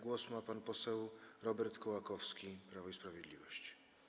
Głos ma pan poseł Robert Kołakowski, Prawo i Sprawiedliwość.